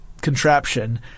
contraption